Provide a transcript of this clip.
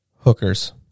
Hookers